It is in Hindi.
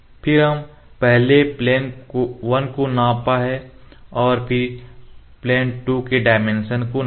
फिर हम पहले प्लेन 1 को नापा है और फिर प्लेन 2 के डायमेंशन को नापे